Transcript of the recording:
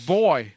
boy